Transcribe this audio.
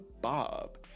Bob